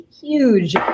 huge